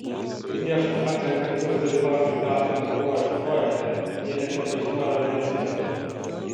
prieš atrenkant juos dalyvauti dafnio ir chlojės projekte jie net nepažinojo vienas kito